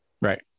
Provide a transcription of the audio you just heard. Right